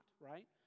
right